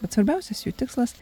bet svarbiausias jų tikslas